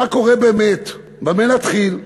מה קורה באמת, במה נתחיל?